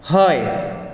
हय